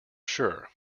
sure